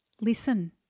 listen